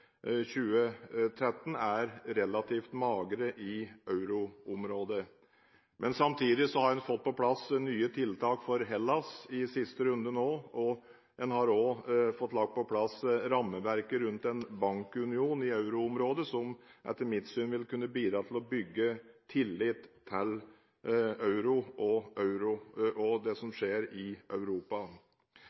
2013 er relativt magre i euroområdet. Samtidig har en fått på plass nye tiltak for Hellas nå i siste runde, og en har også fått på plass rammeverket rundt en bankunion i euroområdet, som etter mitt syn vil kunne bidra til å bygge tillit til euroen og det som skjer i Europa.